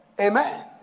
Amen